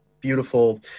Beautiful